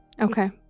Okay